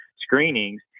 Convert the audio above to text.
screenings